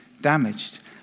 damaged